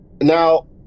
Now